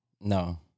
No